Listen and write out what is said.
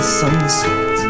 sunset